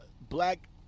black